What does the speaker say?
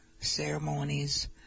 ceremonies